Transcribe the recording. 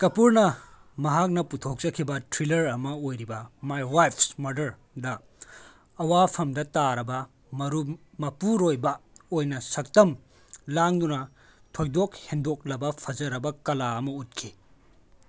ꯀꯄꯨꯔꯅ ꯃꯍꯥꯛꯅ ꯄꯨꯊꯣꯛꯆꯈꯤꯕ ꯊ꯭ꯔꯤꯂ꯭ꯔ ꯑꯃ ꯑꯣꯏꯔꯤꯕ ꯃꯥꯏ ꯋꯥꯏꯐꯁ ꯃꯔꯗꯔꯗ ꯑꯋꯥꯐꯝꯗ ꯇꯥꯔꯕ ꯃꯄꯨꯔꯣꯏꯕ ꯑꯣꯏꯅ ꯁꯛꯇꯝ ꯂꯥꯡꯗꯨꯅ ꯊꯣꯏꯗꯣꯛ ꯍꯦꯟꯗꯣꯛꯂꯕ ꯐꯖꯔꯕ ꯀꯂꯥ ꯑꯃ ꯎꯠꯈꯤ